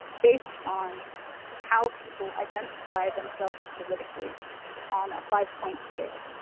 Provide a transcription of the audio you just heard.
based on how people identify themselves politically on a five point scale.